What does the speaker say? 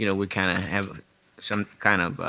you know we kind of have some kind of.